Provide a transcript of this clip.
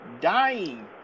dying